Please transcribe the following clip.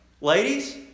Ladies